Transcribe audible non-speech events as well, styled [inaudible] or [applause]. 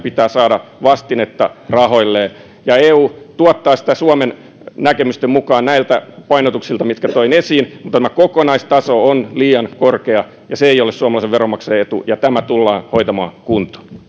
[unintelligible] pitää saada vastinetta rahoilleen eu tuottaa sitä suomen näkemysten mukaan näiltä painotuksilta mitkä toin esiin mutta tämä kokonaistaso on liian korkea ja se ei ole suomalaisen veronmaksajan etu ja tämä tullaan hoitamaan kuntoon